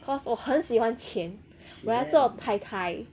cause 我很喜欢钱我要做太太